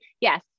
Yes